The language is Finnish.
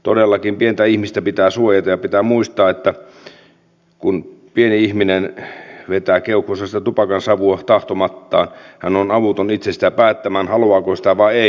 todellakin pientä ihmistä pitää suojata ja pitää muistaa että kun pieni ihminen vetää keuhkoonsa sitä tupakansavua tahtomattaan hän on avuton itse sitä päättämään haluaako sitä vai ei